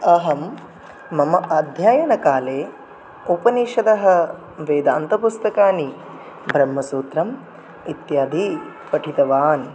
अहं मम अध्ययनकाले उपनिषदः वेदान्तपुस्तकानि ब्रह्मसूत्रम् इत्यादि पठितवान्